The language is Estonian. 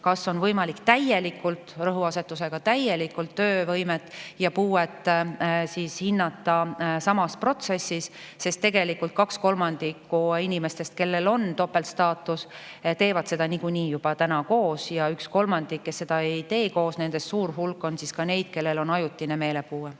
kas on võimalik täielikult – rõhuasetus: täielikult – töövõimet ja puuet hinnata samas protsessis, sest tegelikult kaks kolmandikku inimestest, kellel on topeltstaatus, teevad seda praegu niikuinii juba koos, ja ühest kolmandikust, kes seda ei tee koos, suur hulk on ka neid, kellel on ajutine meelepuue.